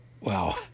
Wow